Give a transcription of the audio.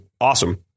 awesome